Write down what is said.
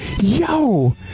yo